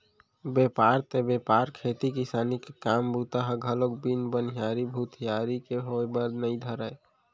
बेपार ते बेपार खेती किसानी के काम बूता ह घलोक बिन बनिहार भूथियार के होय बर नइ धरय